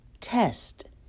test